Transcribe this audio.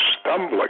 stumbling